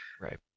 right